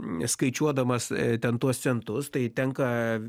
skaičiuodamas ten tuos centus tai tenka